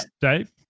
Dave